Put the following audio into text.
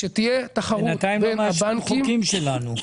כשתהיה תחרות --- בינתיים לא מאשרים חוקים שלנו.